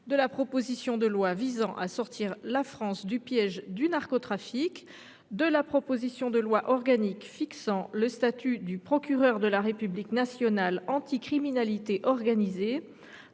de la proposition de loi visant à sortir la France du piège du narcotrafic, de la proposition de loi organique fixant le statut du procureur de la République national anticriminalité organisée,